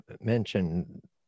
mention